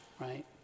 right